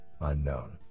unknown